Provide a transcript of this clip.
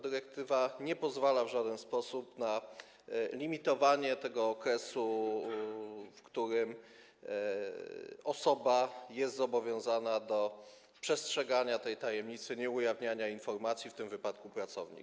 Dyrektywa nie pozwala w żaden sposób na limitowanie okresu, w którym osoba jest zobowiązana do przestrzegania tej tajemnicy, nieujawniania informacji, w tym wypadku pracownik.